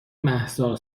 مهسا